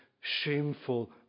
shameful